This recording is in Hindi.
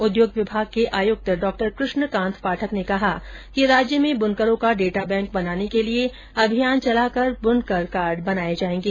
उद्योग विभाग के आयुक्त डा कृष्णकांत पाठक ने कहा कि राज्य में बुनकरों का डेटा बैंक बनाने के लिये अभियान चलाकर बुनकर कार्ड बनाए जाएंगे